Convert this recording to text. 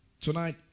tonight